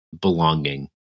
belonging